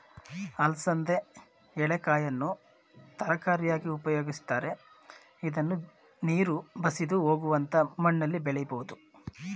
ಅಲಸಂದೆ ಎಳೆಕಾಯನ್ನು ತರಕಾರಿಯಾಗಿ ಉಪಯೋಗಿಸ್ತರೆ, ಇದ್ನ ನೀರು ಬಸಿದು ಹೋಗುವಂತ ಮಣ್ಣಲ್ಲಿ ಬೆಳಿಬೋದು